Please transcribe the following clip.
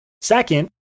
Second